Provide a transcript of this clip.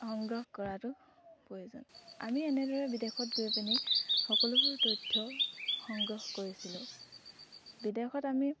সংগ্ৰহ কৰাটো প্ৰয়োজন আমি এনেদৰে বিদেশত গৈ পিনি সকলোবোৰ তথ্য সংগ্ৰহ কৰিছিলোঁ বিদেশত আমি